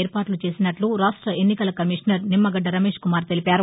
ఏర్పాట్లు చేసినట్లు రాష్ట్ర ఎన్నికల కమిషనర్ నిమ్మగడ్డ రమేష్కుమార్ తెలిపారు